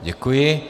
Děkuji.